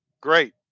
Great